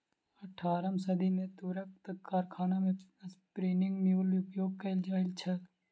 अट्ठारम सदी मे तूरक कारखाना मे स्पिन्निंग म्यूल उपयोग कयल जाइत छल